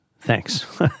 Thanks